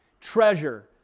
Treasure